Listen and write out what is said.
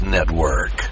Network